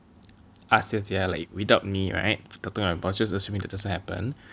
ask Jia Jia like without me right to talk to my boss just assuming that doesn't happen